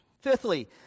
Fifthly